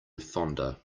fonder